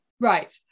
Right